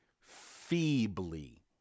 feebly